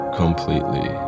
completely